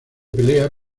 pelea